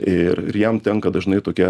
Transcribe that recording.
ir ir jam tenka dažnai tokia